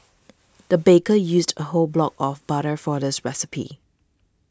the baker used a whole block of butter for this recipe